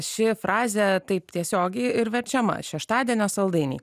ši frazė taip tiesiogiai ir verčiama šeštadienio saldainiai